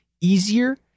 easier